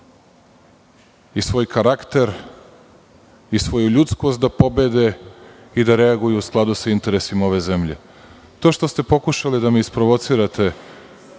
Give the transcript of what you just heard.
i svoj karakter i svoju ljudskost da pobede i da reaguju u skladu sa interesima ove zemlje. To što ste pokušali da me isprovocirate,